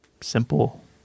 simple